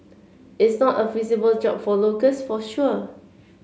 is not a feasible job for locals for sure